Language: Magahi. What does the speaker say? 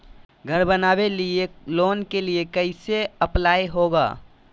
घर बनावे लिय लोन के लिए कैसे अप्लाई होगा?